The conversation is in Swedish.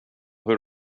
hur